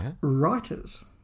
writers